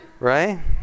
Right